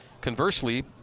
conversely